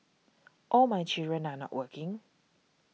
all my children are not working